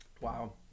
Wow